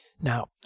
Now